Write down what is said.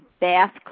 bath